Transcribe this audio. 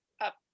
up